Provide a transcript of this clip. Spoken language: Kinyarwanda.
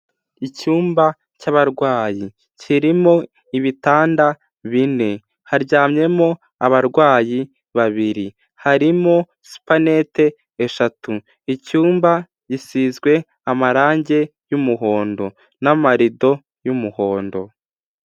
Icyumba cy'abarwayi kirimo ibitanda bine, haryamyemo abarwayi babiri, harimo supanete eshatu, icyumba gisizwe amarangi y'umuhondo n'amarido y'umuhondo.